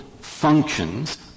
functions